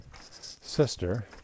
sister